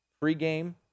Pre-game